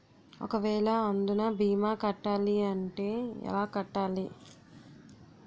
ఒక వేల అందునా భీమా కట్టాలి అంటే ఎలా కట్టాలి?